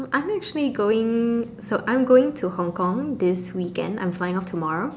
I'm actually going so I'm going to Hong-Kong this weekend I'm flying off tomorrow